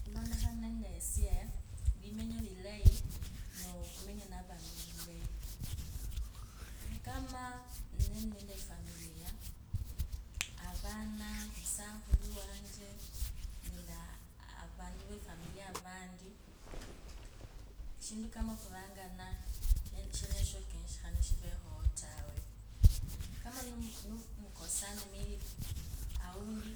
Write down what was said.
Khulondakhana nende esie limenyalilayi nokhumenya neavandu vulayi. Kamaa nevere nende efamilia, avana, emusakhulu wanje nende avandu vefamilia avandu, eshindu kama okhurangana shenosho kenyakhana shivekhoo tawe. Kama ni nimukosana awunti